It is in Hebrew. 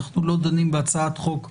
זה לא דיון בהצעת חוק קונקרטית.